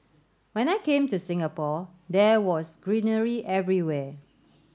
when I came to Singapore there was greenery everywhere